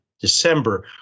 December